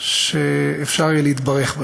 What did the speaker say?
שאפשר יהיה להתברך בהן.